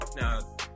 now